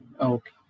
okay